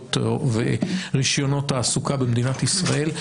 תעודות ורישיונות תעסוקה במדינת ישראל,